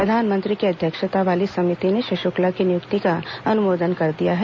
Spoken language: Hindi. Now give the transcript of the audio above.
प्रधानमंत्री की अध्यक्षता वाली समिति ने श्री शुक्ला की नियुक्ति का अनुमोदन कर दिया है